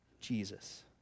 Jesus